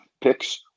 picks